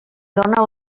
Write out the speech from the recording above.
dóna